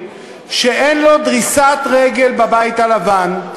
בארצות-הברית שגריר שאין לו דריסת רגל בבית הלבן,